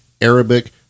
Arabic